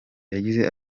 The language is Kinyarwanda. yagize